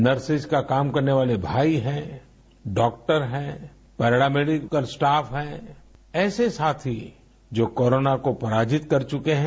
nurses का काम करने वाले भाई हैं डॉक्टर हैं पैरा मेडिकल स्टाफ हैं ऐसे साथी जो कोरोना को पराजित कर चुके हैं